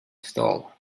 stall